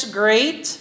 great